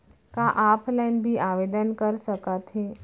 का ऑफलाइन भी आवदेन कर सकत हे?